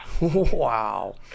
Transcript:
Wow